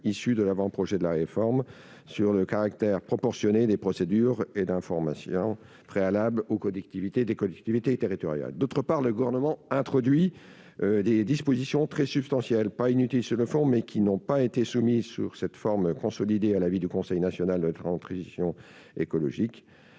issus de l'avant-projet de réforme, qui portent sur le caractère proportionné des procédures et sur l'information préalable des collectivités territoriales. D'autre part, le Gouvernement introduit des dispositions très substantielles, qui ne sont pas inutiles sur le fond, mais qui n'ont pas été soumises dans leur forme consolidée à l'avis du Conseil national de la transition écologique,